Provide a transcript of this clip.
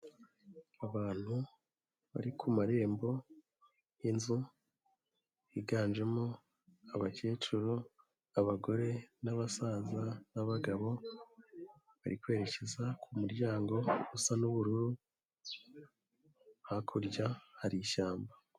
Abantu bari ku marembo y'inzu, higanjemo abakecuru, abagore n'abasaza n'abagabo, bari kwerekeza ku muryango usa n'ubururu, hakurya hari ishyamba.